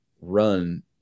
run